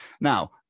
Now